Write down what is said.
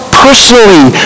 personally